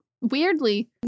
Weirdly